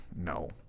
No